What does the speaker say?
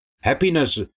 happiness